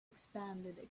expanded